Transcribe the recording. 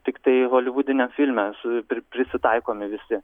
tiktai holivudiniam filme su pri prisitaikomi visi